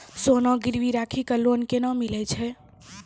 सोना गिरवी राखी कऽ लोन केना मिलै छै?